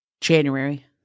January